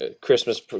Christmas